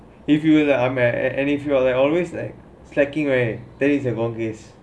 if you will like I'm at~ and if you are like always like slacking right then it is a gone case